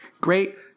Great